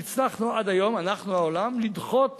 הצלחנו עד היום, אנחנו, העולם, לדחות